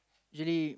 actually